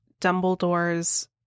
Dumbledore's